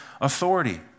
authority